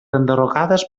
enderrocades